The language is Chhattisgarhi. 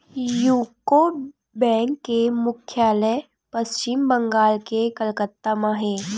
यूको बेंक के मुख्यालय पस्चिम बंगाल के कलकत्ता म हे